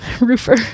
roofer